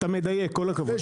אתה מדייק, כל הכבוד.